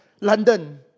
London